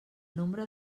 nombre